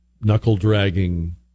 knuckle-dragging